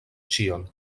ĉion